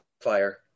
fire